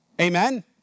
Amen